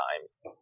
times